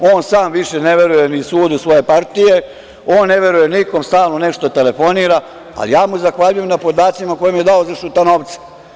On sam više ne veruje ni sudu svoje partije, on ne veruje nikom, stalno nešto telefonira, ali ja mu zahvaljujem na podacima koje mi je dao za Šutanovca.